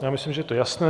Já myslím, že to je jasné.